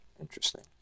Interesting